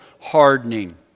hardening